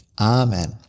Amen